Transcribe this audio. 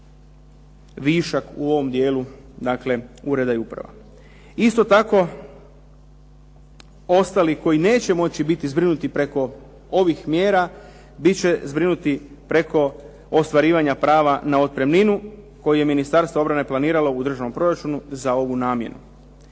višak u ovom dijelu dakle ureda i uprava. Isto tako, ostali koji neće moći biti zbrinuti preko ovih mjera bit će zbrinuti preko ostvarivanja prava na otpremninu koji je Ministarstvo obrane planiralo u državnom proračunu za ovu namjenu.